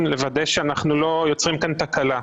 היא לוודא שאנחנו לא יוצרים כאן תקלה.